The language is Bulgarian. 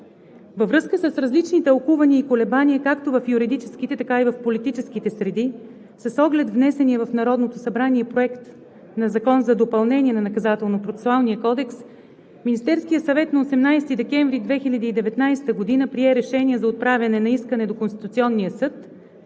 Във връзка с различни тълкувания и колебания както в юридическите, така и в политическите среди и с оглед на внесения в Народното събрание Проект на закон за допълнение на Наказателно-процесуалния кодекс на 18 декември 2019 г. Министерският съвет прие решение за отправяне на искане до Конституционния съд